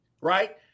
Right